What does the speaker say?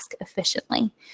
efficiently